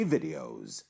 Videos